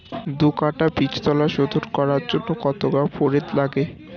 দু কাটা বীজতলা শোধন করার জন্য কত গ্রাম ফোরেট লাগে?